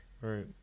Right